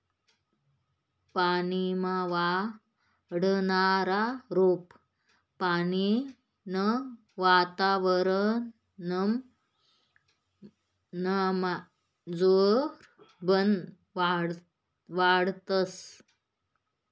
पानीमा वाढनारा रोपे पानीनं वातावरनमा जोरबन वाढतस